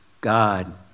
God